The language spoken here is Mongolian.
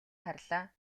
харлаа